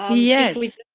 ah yes.